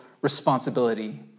responsibility